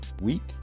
week